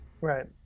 Right